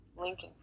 Lincoln